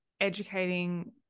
educating